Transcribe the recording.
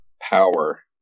power